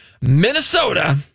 Minnesota